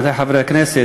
עמיתי חברי הכנסת,